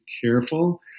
careful